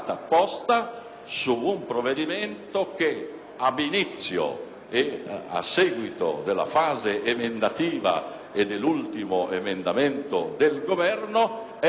è a seguito della fase emendativa e dell'ultimo emendamento del Governo, è molto utile e di buona fattura.